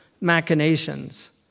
machinations